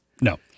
no